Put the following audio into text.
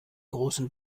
großen